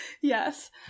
yes